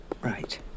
Right